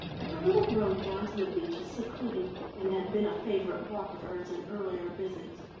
but the little road down to the beach secluded and had been a favourite walk of hers in earlier visits.